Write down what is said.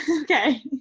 Okay